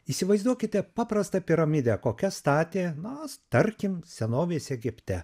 įsivaizduokite paprastą piramidę kokias statė na tarkim senovės egipte